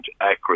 accurate